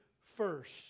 first